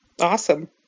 Awesome